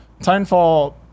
Timefall